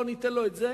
לא ניתן לו את זה.